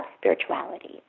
spirituality